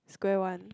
square one